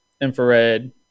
infrared